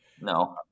No